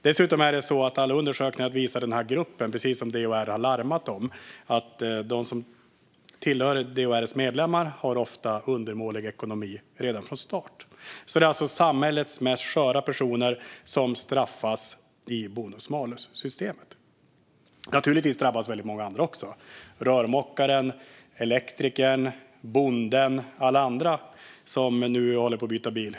Dessutom visar alla undersökningar att den här gruppen, precis som DHR har larmat om när det gäller deras medlemmar, ofta har undermålig ekonomi redan från start. Det är alltså samhällets sköraste personer som straffas i bonus malus-systemet. Naturligtvis drabbas väldigt många andra också: rörmokaren, elektrikern, bonden och alla andra som håller på att byta bil.